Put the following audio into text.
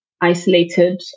isolated